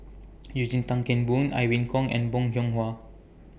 Eugene Tan Kheng Boon Irene Khong and Bong Hiong Hwa